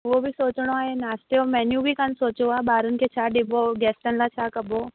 उहो बि सोचिणो आहे नाश्ते जो मेन्यू बि कोन्ह सोचियो आहे ॿारनि खे छा ॾिबो गेस्टनि लाइ छा कबो